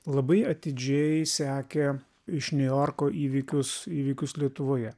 labai atidžiai sekė iš niujorko įvykius įvykius lietuvoje